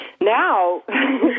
Now